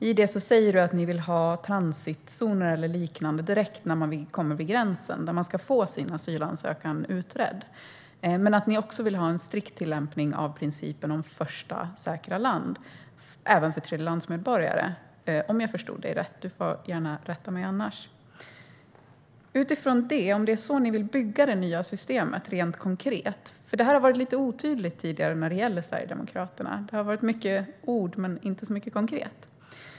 Samtidigt säger du att ni vill ha transitzoner eller liknande direkt vid gränsen där man ska få sin asylansökan utredd, men att ni också vill ha en strikt tillämpning av principen om första säkra land, även för tredjelandsmedborgare om jag förstod dig rätt. Annars får du gärna rätta mig. Är det så ni vill bygga det nya systemet rent konkret? Det har varit lite otydligt tidigare från Sverigedemokraterna. Det har varit mycket ord men inte så mycket konkret.